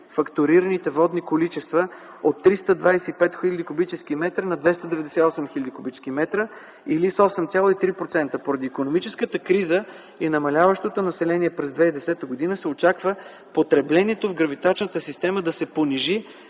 фактурираните водни количества от 325 хил.куб.м на 298 хил.м или с 8,3%. Поради икономическата криза и намаляващото население през 2010 г. се очаква потреблението в гравитачната система да се понижи